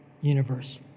universe